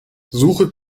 suche